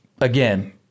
Again